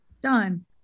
Done